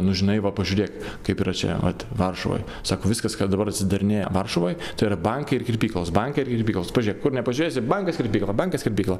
nu žinai va pažiūrėk kaip yra čia vat varšuvoj sako viskas kas dabar atsidarinėja varšuvoj tai yra bankai ir kirpyklos bankai ir kirpyklos pažiūrėk kur nepažiūrėsi bankas kirpykla bankas kirpykla